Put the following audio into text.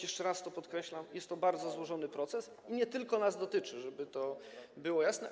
Jeszcze raz to podkreślam: jest to bardzo złożony proces i nie tylko nas on dotyczy, żeby to było jasne.